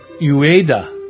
Ueda